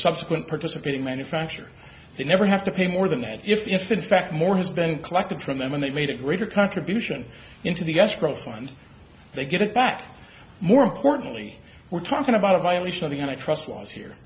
subsequent participating manufacture they never have to pay more than that if in fact more has been collected from them and they made a greater contribution into the escrow fund they get it back more importantly we're talking about a violation of the i trust laws here